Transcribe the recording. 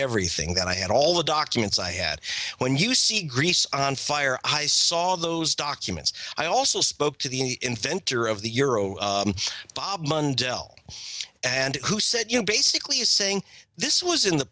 everything that i had all the documents i had when you see grease on fire i saw those documents i also spoke to the inventor of the euro bob mundell and who said you know basically saying this was in the